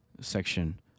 section